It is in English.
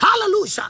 Hallelujah